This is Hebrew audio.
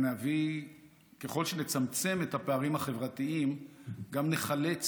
וככל שנצמצם את הפערים החברתיים גם נחלץ